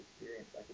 experience